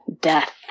death